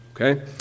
Okay